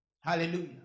Hallelujah